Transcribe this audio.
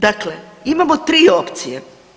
Dakle, imamo tri opcije.